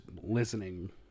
listening